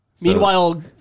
Meanwhile